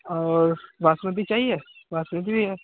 और बासमती चाहिए बासमती भी है